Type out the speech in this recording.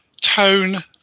tone